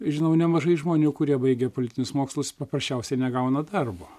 žinau nemažai žmonių kurie baigę politinius mokslus paprasčiausiai negauna darbo